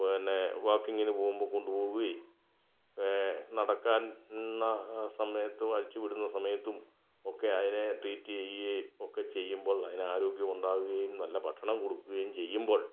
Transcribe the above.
പിന്നെ വാക്കിങ്ങിന് പോകുമ്പോൾ കൊണ്ട് പോകുകയും നടക്കാൻ സമയത്തും അഴിച്ചു വിടുന്ന സമയത്തും ഒക്കെ അതിനെ ട്രീറ്റ് ചെയ്യുകയും ഒക്കെ ചെയ്യുമ്പോൾ അതിന് ആരോഗ്യം ഉണ്ടാകുകയും നല്ല ഭക്ഷണം കൊടുക്കുകയും ചെയ്യുമ്പോൾ